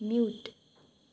mute